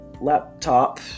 laptop